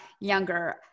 younger